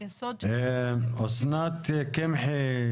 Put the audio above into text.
בבקשה, אוסנת קמחי,